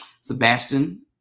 Sebastian